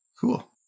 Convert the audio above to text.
Cool